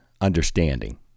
understanding